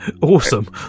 Awesome